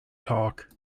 talk